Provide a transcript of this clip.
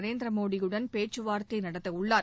நரேந்திர மோடியுடன் பேச்சுவார்த்தை நடத்தவுள்ளார்